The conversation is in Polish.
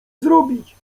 zrobić